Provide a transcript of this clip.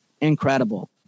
Incredible